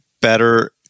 better